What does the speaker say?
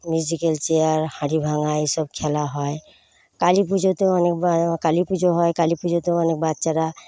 musical chair হাঁড়ি ভাঙা এসব খেলা হয় কালী পুজোতেও অনেক কালী পুজো হয় কালী পুজোতেও অনেক বাচ্চারা